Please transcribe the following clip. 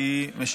כי לדעתי,